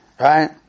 right